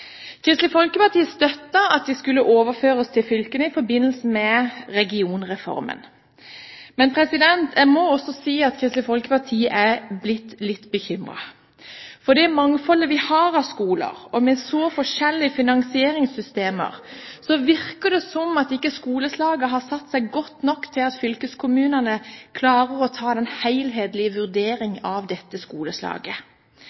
Kristelig Folkeparti støttet at de skulle overføres til fylkene i forbindelse med regionreformen. Men jeg må også si at Kristelig Folkeparti er blitt litt bekymret. For med det mangfoldet vi har av skoler, og med så forskjellige finansieringssystemer, virker det som at skoleslagene ikke har satt seg godt nok til at fylkeskommunene klarer å ta